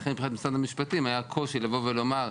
ולכן מבחינת משרד המשפטים היה קושי לבוא ולומר,